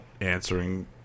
answering